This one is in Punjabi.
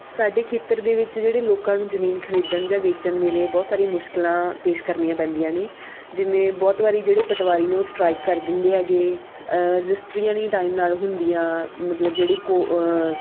ਸਾਡੇ ਖੇਤਰ ਦੇ ਵਿੱਚ ਜਿਹੜੇ ਲੋਕਾਂ ਨੂੰ ਜਮੀਨ ਖਰੀਦਣ ਜਾਂ ਵੇਚਣ ਵੇਲੇ ਬਹੁਤ ਸਾਰੀਆਂ ਮੁਸ਼ਕਿਲਾਂ ਪੇਸ਼ ਕਰਨੀਆਂ ਪੈਂਦੀਆਂ ਨੇ ਜਿਵੇਂ ਬਹੁਤ ਵਾਰੀ ਜਿਹੜੇ ਪਟਵਾਰੀ ਨੇ ਉਹ ਸਟ੍ਰਾਈਕ ਕਰ ਦਿੰਦੇ ਹੈਗੇ ਰਜਿਸਟਰੀਆਂ ਨਹੀਂ ਟਾਈਮ ਨਾਲ ਹੁੰਦੀਆਂ ਮਤਲਬ ਜਿਹੜੇ ਕੋ